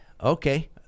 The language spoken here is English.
Okay